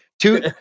two